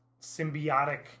symbiotic